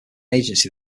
agency